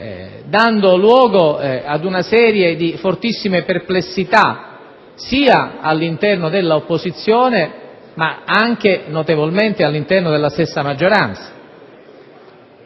dando luogo a una serie di fortissime perplessità sia all'interno dell'opposizione ma notevolmente anche all'interno della stessa maggioranza.